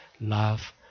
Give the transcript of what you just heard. love